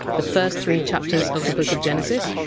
the first three chapters of the book of genesis.